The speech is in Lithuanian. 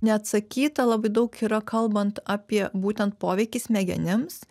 neatsakyta labai daug yra kalbant apie būtent poveikį smegenims